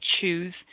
choose